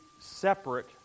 separate